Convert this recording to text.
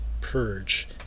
Purge